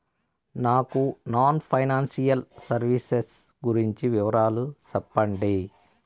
నాకు non financial services గురించి వివరాలు సెప్పండి?